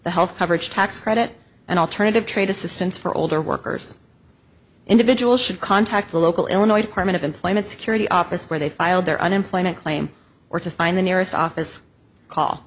the health coverage tax credit and alternative trade assistance for older workers individuals should contact the local illinois department of employment security office where they filed their unemployment claim or to find the nearest office call